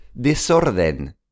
Desorden